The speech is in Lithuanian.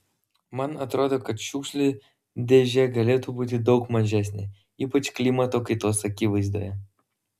man atrodo kad šiukšlių dėžė galėtų būti daug mažesnė ypač klimato kaitos akivaizdoje